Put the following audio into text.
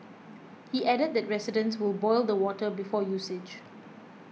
he added that residents will boil the water before usage